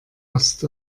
ost